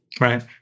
Right